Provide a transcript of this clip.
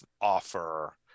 offer